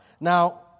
Now